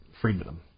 Freedom